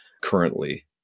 Currently